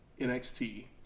NXT